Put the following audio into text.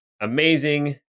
amazing